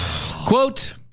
Quote